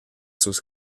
sus